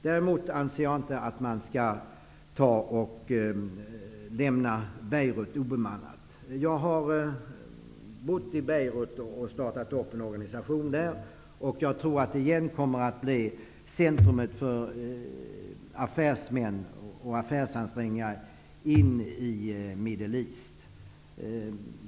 Däremot anser jag inte att vi skall lämna Beirut obemannat. Jag har bott i Beirut och startat en organisation där, och jag tror att Beirut återigen kommer att bli centrum för affärsmän och för affärsansträngningar riktade mot ''Middle East''.